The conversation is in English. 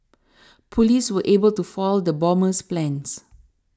police were able to foil the bomber's plans